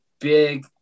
big